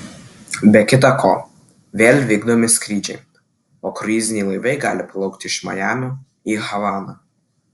be kita ko vėl vykdomi skrydžiai o kruiziniai laivai gali plaukti iš majamio į havaną